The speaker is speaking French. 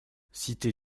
cité